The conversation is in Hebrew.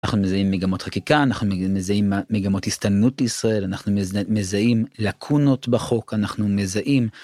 אנחנו מזהים מגמות חקיקה אנחנו מזהים מגמות הסתננות לישראל אנחנו מזהים לקונות בחוק אנחנו מזהים.